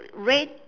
red